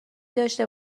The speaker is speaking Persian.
داشته